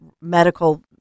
medical